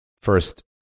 first